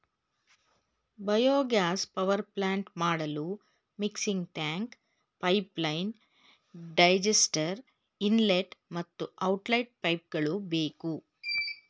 biogas power plant ಮಾಡಲು mixing tank, pipeline, digester, inlet ಮತ್ತು outlet ಪೈಪ್ಗಳು ಬೇಕು